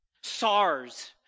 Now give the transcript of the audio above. SARS